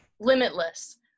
limitless